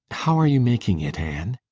how are you making it, anne?